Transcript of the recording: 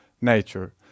nature